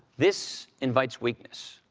this invites weakness.